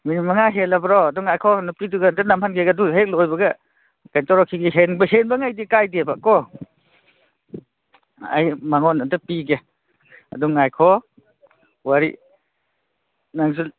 minute ꯃꯉꯥ ꯍꯦꯜꯂꯕ꯭ꯔꯣ ꯑꯗꯨ ꯉꯥꯏꯈꯣ ꯅꯨꯄꯤꯗꯨꯒ ꯑꯝꯇ ꯅꯝꯍꯟꯒꯤꯒꯦ ꯑꯗꯨ ꯍꯦꯛ ꯂꯣꯏꯕꯒ ꯀꯩꯅꯣ ꯇꯧꯔꯣ ꯁꯤꯒꯤ ꯍꯦꯟꯕ ꯍꯦꯟꯕꯉꯩꯗꯤ ꯀꯥꯏꯗꯦꯕ ꯀꯣ ꯑꯩ ꯃꯉꯣꯟꯗ ꯑꯝꯇ ꯄꯤꯒꯦ ꯑꯗꯨ ꯉꯥꯏꯈꯣ ꯋꯥꯔꯤ ꯅꯪꯁꯨ